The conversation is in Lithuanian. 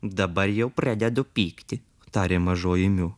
dabar jau pradedu pykti tarė mažoji miu